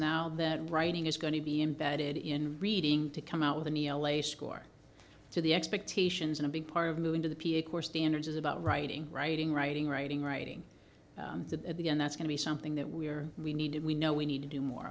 now that writing is going to be embedded in reading to come out with an e l a score to the expectations in a big part of moving to the p a core standards is about writing writing writing writing writing that at the end that's going to be something that we are we need we know we need to do more